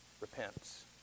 repents